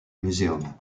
museum